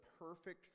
perfect